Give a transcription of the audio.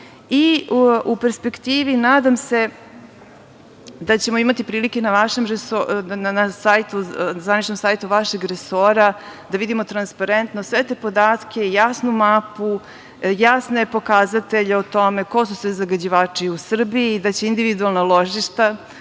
I u perspektivi, nadam se, da ćemo imati prilike da na zvaničnom sajtu vašeg resora vidimo transparentno sve te podatke, jasnu mapu, jasne pokazatelje o tome ko su sve zagađivači u Srbiji i da će individualna ložišta